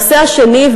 הנושא השני,